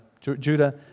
Judah